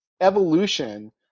evolution